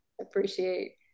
appreciate